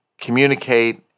communicate